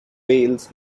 veils